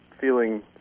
feeling